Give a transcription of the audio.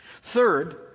Third